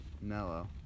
mellow